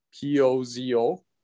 P-O-Z-O